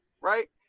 Right